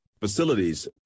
facilities